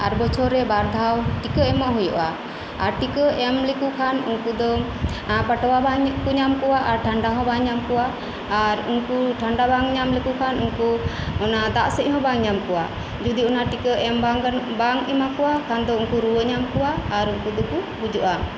ᱟᱨ ᱵᱚᱪᱷᱚᱨ ᱨᱮ ᱵᱟᱨᱫᱷᱟᱣ ᱴᱤᱠᱟᱹ ᱮᱢᱚᱜ ᱦᱩᱭᱩᱜᱼᱟ ᱟᱨ ᱴᱤᱠᱟᱹ ᱮᱢ ᱞᱮᱠᱩ ᱠᱷᱟᱱ ᱩᱱᱠᱩ ᱫᱚ ᱯᱟᱹᱴᱣᱟ ᱵᱟᱝᱠᱩ ᱧᱟᱢᱠᱚᱣᱟ ᱟᱨ ᱴᱷᱟᱱᱰᱟ ᱦᱚᱸ ᱵᱟᱝ ᱧᱟᱢᱠᱚᱣᱟ ᱟᱨ ᱩᱱᱠᱩ ᱴᱷᱟᱱᱰᱟ ᱵᱟᱝ ᱧᱟᱢᱞᱮᱠᱩᱠᱷᱟᱱ ᱩᱱᱠᱩ ᱚᱱᱟ ᱫᱟᱜ ᱥᱮᱫᱦᱚ ᱵᱟᱝ ᱧᱟᱢᱠᱚᱣᱟ ᱡᱚᱫᱤ ᱚᱱᱟ ᱴᱤᱠᱟᱹ ᱵᱟᱝ ᱮᱢᱟ ᱠᱚᱣᱟ ᱠᱷᱟᱱ ᱫᱚ ᱩᱱᱠᱩ ᱨᱩᱣᱟᱹ ᱧᱟᱢᱠᱚᱣᱟ ᱟᱨ ᱩᱱᱠᱩ ᱫᱚᱠᱩ ᱜᱚᱡᱚᱜᱼᱟ